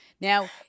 Now